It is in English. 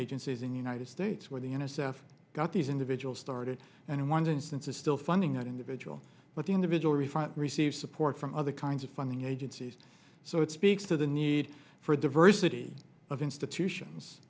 agencies in the united states where the n s f got these in the vigil started and in one instance is still finding out individual but the individual refund received support from other kinds of funding agencies so it speaks to the need for a diversity of institutions